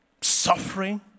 suffering